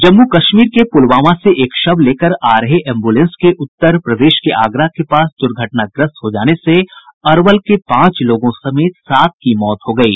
जम्मू कश्मीर के पुलवामा से एक शव लेकर आ रहे एम्बुलेंस के उत्तर प्रदेश के आगरा के पास दुर्घटनाग्रस्त हो जाने से अरवल के पांच लोगों समेत सात की मौत हो गयी